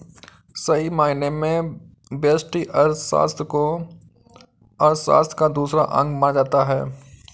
सही मायने में व्यष्टि अर्थशास्त्र को अर्थशास्त्र का दूसरा अंग माना जाता है